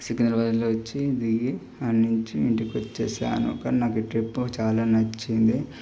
సికింద్రాబాద్లో వచ్చి దిగి ఆడ నుంచి ఇంటికి వచ్చేసాను కానీ నాకు ఈ ట్రిప్పు చాలా నచ్చింది